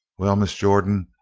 well, miss jordan,